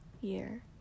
year